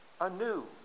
anew